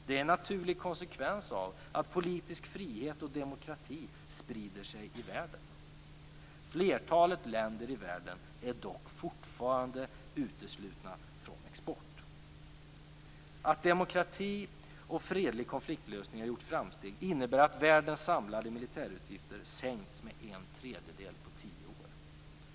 Det är en naturlig konsekvens av att politisk frihet och demokrati sprider sig i världen. Flertalet länder i världen är dock fortfarande uteslutna från export. Att demokrati och fredliga konfliktlösningar har gjort framsteg innebär att världens samlade militärutgifter sänkts med en tredjedel på tio år.